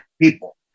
people